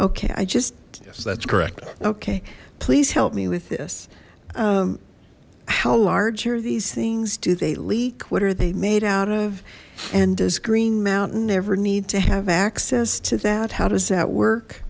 okay i just yes that's correct okay please help me with this how large are these things do they leak what are they made out of and does green mountain ever need to have access to that how does that work